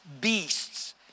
beasts